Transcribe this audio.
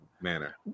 manner